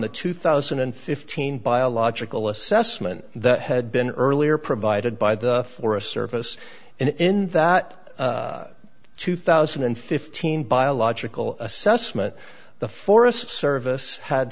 the two thousand and fifteen biological assessment that had been earlier provided by the forest service and in that two thousand and fifteen biological assessment the forest service had